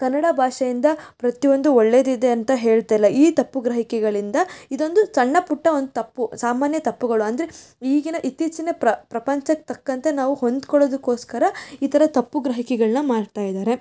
ಕನ್ನಡ ಭಾಷೆಯಿಂದ ಪ್ರತಿಯೊಂದು ಒಳ್ಳೆಯದಿದೆ ಅಂತ ಹೇಳ್ತಿಲ್ಲ ಈ ತಪ್ಪು ಗ್ರಹಿಕೆಗಳಿಂದ ಇದೊಂದು ಸಣ್ಣ ಪುಟ್ಟ ಒಂದು ತಪ್ಪು ಸಾಮಾನ್ಯ ತಪ್ಪುಗಳು ಅಂದರೆ ಈಗಿನ ಇತ್ತೀಚಿನ ಪ್ರಪಂಚಕ್ಕೆ ತಕ್ಕಂತೆ ನಾವು ಹೊಂದ್ಕೊಳ್ಳೋದಕ್ಕೋಸ್ಕರ ಈ ಥರ ತಪ್ಪು ಗ್ರಹಿಕೆಗಳನ್ನ ಮಾಡ್ತಾ ಇದ್ದಾರೆ